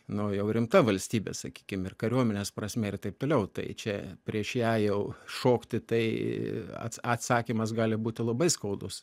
nu jau rimta valstybė sakykim ir kariuomenės prasme ir taip toliau tai čia prieš ją jau šokti tai at atsakymas gali būti labai skaudus